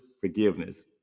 forgiveness